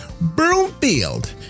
Broomfield